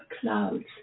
clouds